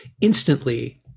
instantly